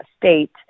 state